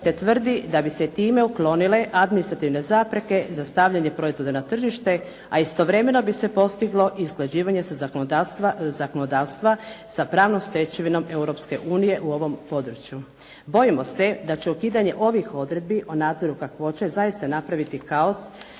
te tvrdi da bi se time uklonile administrativne zapreke za stavljanje proizvoda na tržište, a istovremeno bi se postiglo i usklađivanje zakonodavstva sa pravnom stečevinom Europske unije u ovom području. Bojimo se da će ukidanje ovih odredbi o nadzoru kakvoće zaista napraviti kaos